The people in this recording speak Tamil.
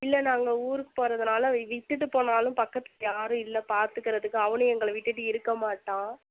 இல்லை நாங்கள் ஊருக்கு போகிறதுனால விட்டுவிட்டு போனாலும் பக்கத்தில் யாரும் இல்லை பார்த்துக்கறதுக்கு அவனும் எங்களை விட்டுவிட்டு இருக்க மாட்டான்